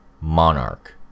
Monarch